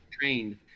trained